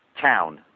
town